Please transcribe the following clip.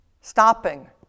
stopping